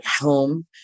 home